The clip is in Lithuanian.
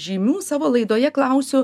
žymių savo laidoje klausiu